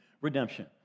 redemption